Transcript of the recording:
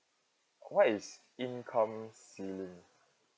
what is income ceiling